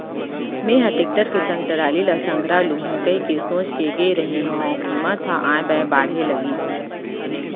मेंहा टेक्टर के संग टराली ल संघरा लुहूं कहिके सोच के गे रेहे हंव कीमत ह ऑय बॉय बाढ़े लगिस